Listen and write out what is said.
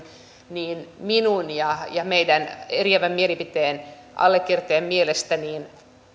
niin minun ja ja meidän eriävän mielipiteemme allekirjoittajien mielestä